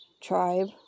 tribe